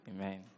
amen